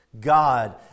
God